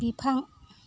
बिफां